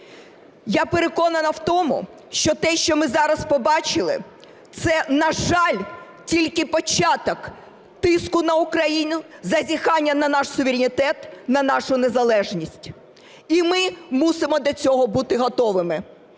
Я переконана в тому, що те, що ми зараз побачили, це, на жаль, тільки початок тиску на Україну, зазіхання на наш суверенітет, на нашу незалежність. І ми мусимо до цього бути готовими.